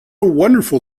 wonderful